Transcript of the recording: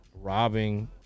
robbing